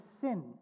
sin